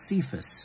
Cephas